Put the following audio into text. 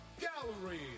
gallery